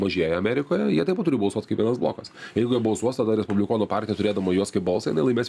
mažėja amerikoje jie taip pat turi balsuot kaip vienas blokas jeigu jie balsuos tada respublikonų partija turėdama juos kaip balsą jinai laimės